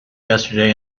yesterday